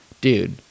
dude